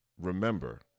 remember